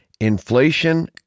Inflation